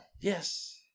Yes